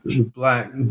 black